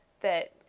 that-